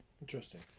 Interesting